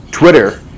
Twitter